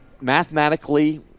mathematically